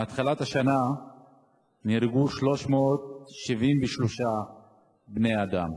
מהתחלת השנה נהרגו 373 בני-אדם.